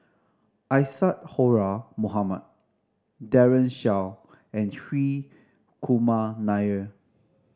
Isadhora Mohamed Daren Shiau and Hri Kumar Nair